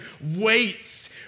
waits